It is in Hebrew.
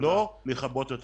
לא לכבות את